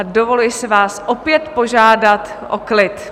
Dovoluji si vás opět požádat o klid.